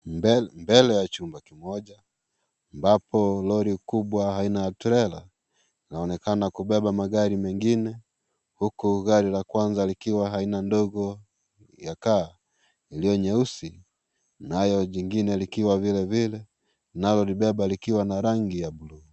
Mbele ya chumba kimoja. Ambapo lori kubwa aina ya trela. Inaonekana kubeba magari mengine. Huku gari la kwanza likiwa aina ndogo ya car iliyo nyeusi nayo jingine likiwa vilevile. Inalo libeba likiwa na rangi ya buluu.